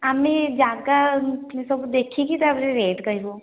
ଆମେ ଯାଗା ସବୁ ଦେଖି କି ତା'ପରେ ରେଟ୍ କହିବୁ